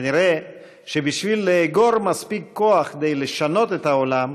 כנראה בשביל לאגור מספיק כוח כדי לשנות את העולם